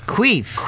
Queef